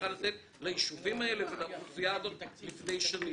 צריכה לתת ליישובים האלה ולאוכלוסייה הזאת לפני שנים.